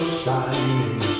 shining